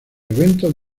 eventos